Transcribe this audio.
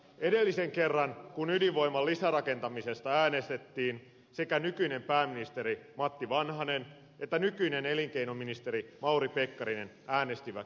edellisen kerran kun ydinvoiman lisärakentamisesta äänestettiin sekä nykyinen pääministeri matti vanhanen että nykyinen elinkeinoministeri mauri pekkarinen äänestivät ydinvoimaa vastaan